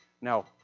Now